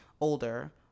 older